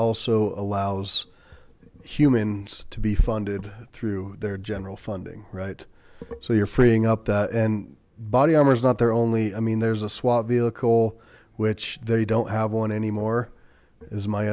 also allows human rights to be funded through their general funding right so you're freeing up the body armor is not there only i mean there's a swat vehicle which they don't have on anymore is my